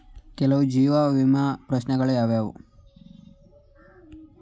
ಕೆಲವು ಜೀವ ವಿಮಾ ಪ್ರಶ್ನೆಗಳು ಯಾವುವು?